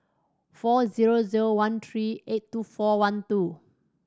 four zero zero one three eight two four one two